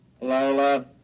Lola